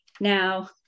Now